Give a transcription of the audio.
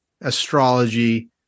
astrology